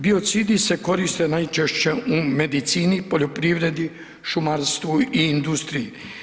Biocidi se koriste najčešće u medicini, poljoprivredi, šumarstvu industriji.